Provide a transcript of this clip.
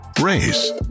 race